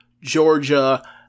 Georgia